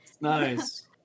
Nice